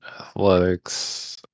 Athletics